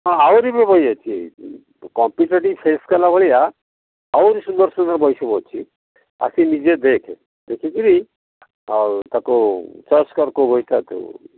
ହଁ ଆହୁରି ବି ବହି ଅଛି କମ୍ପିଟେଟିଭ୍ ଟେଷ୍ଟ କଲା ଭଳିଆ ଆହୁରି ସୁନ୍ଦର ସୁନ୍ଦର ବହି ସବୁ ଅଛି ଆସି ନିଜେ ଦେଖେ ଦେଖିକରି ଆଉ ତାକୁ ଚଏସ୍ କର କେଉଁ ବହିଟା ତୁ